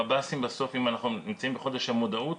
המב"סים בסוף, אם אנחנו נמצאים בחודש המודעות,